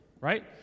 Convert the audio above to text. right